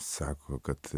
sako kad